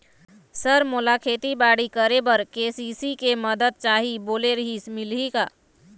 Sir मोला खेतीबाड़ी करेबर के.सी.सी के मंदत चाही बोले रीहिस मिलही का?